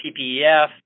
PPEF